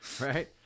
Right